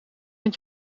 het